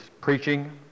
preaching